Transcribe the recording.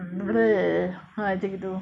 mm ha macam gitu